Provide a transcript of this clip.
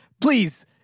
Please